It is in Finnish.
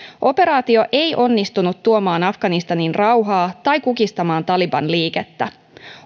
operaatio ei onnistunut tuomaan afganistaniin rauhaa tai kukistamaan taliban liikettä